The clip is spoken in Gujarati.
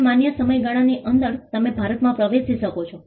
હવે માન્ય સમયગાળાની અંદર તમે ભારતમાં પ્રવેશી શકો છો